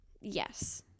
Yes